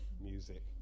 music